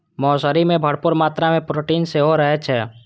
मौसरी मे भरपूर मात्रा मे प्रोटीन सेहो रहै छै